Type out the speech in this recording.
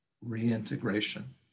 reintegration